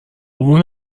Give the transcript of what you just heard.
اون